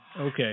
okay